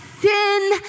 sin